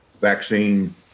vaccine